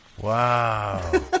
Wow